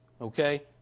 Okay